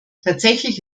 tatsächlich